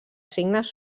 signes